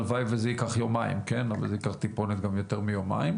הלוואי וזה ייקח יומיים אבל זה ייקח טיפונת גם יותר מיומיים,